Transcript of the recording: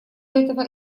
этого